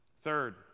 Third